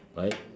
right